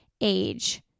age